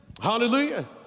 Hallelujah